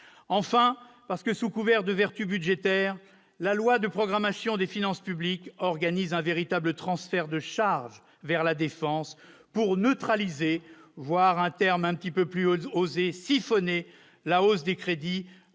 Ensuite, parce que, sous couvert de vertu budgétaire, la loi de programmation des finances publiques organise un véritable transfert de charge vers la défense pour « neutraliser », voire « siphonner » la hausse des crédits